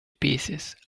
pieces